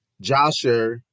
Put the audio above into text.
Joshua